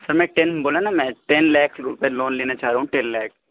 سر میں ٹین بولا نا میں ٹین لاک روپئے لون لینا چاہ رہا ہوں ٹین لاک